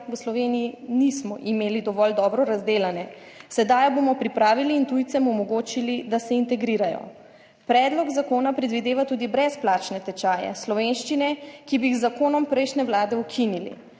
v Sloveniji nismo imeli dovolj dobro razdelane, sedaj jo bomo pripravili in tujcem omogočili, da se integrirajo. Predlog zakona predvideva tudi brezplačne tečaje slovenščine, ki bi jih z zakonom prejšnje vlade ukinili.